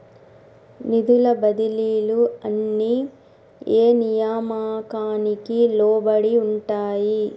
నిధుల బదిలీలు అన్ని ఏ నియామకానికి లోబడి ఉంటాయి?